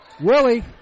Willie